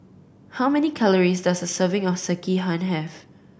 how many calories does a serving of Sekihan have